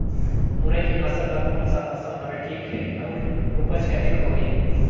मुरई के फसल बर कोन सा मौसम हवे ठीक हे अउर ऊपज कतेक होही?